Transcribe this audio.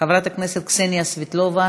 חברת הכנסת קסניה סבטלובה,